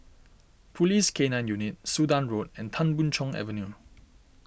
Police K nine Unit Sudan Road and Tan Boon Chong Avenue